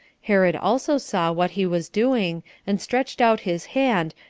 herod also saw what he was doing, and stretched out his hand,